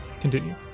continue